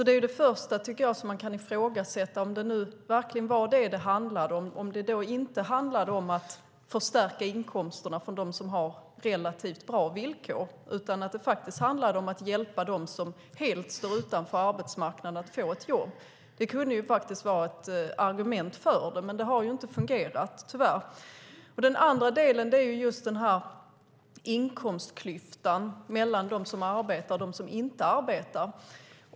Det är alltså det första man kan ifrågasätta, om det verkligen var detta det handlade om eller om det handlade om att förstärka inkomsterna för dem som har relativt bra villkor. Om det faktiskt handlade om att hjälpa dem som helt står utanför arbetsmarknaden att få ett jobb hade det kunnat vara ett argument för detta, men det har inte fungerat - tyvärr. Den andra delen är inkomstklyftan mellan dem som arbetar och dem som inte arbetar.